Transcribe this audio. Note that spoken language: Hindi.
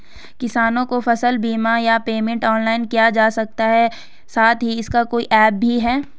किसानों को फसल बीमा या पेमेंट ऑनलाइन किया जा सकता है साथ ही इसका कोई ऐप भी है?